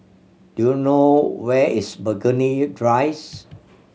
do you know where is Burgundy